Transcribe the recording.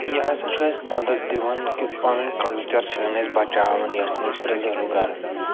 یہِ ہسا چھُ اَسہِ مدد دِوان کہِ پنُن کلچر چھِنۍ أسۍ بَچاوان یہِ ٲسِن أسۍ پِرزٲرٕو کران